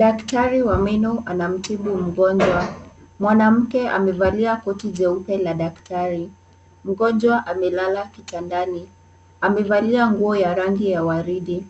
Daktari wa meno anamtibu mgonjwa. Mwanamke amevalia koti jeupe ya daktari. Mgonjwa amelala kitandani. Amevalia nguo ya rangi ya waridi.